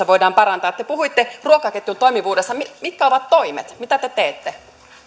voidaan parantaa te puhuitte ruokaketjun toimivuudesta mitkä ovat toimet mitä te teette